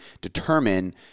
determine